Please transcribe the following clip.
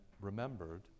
remembered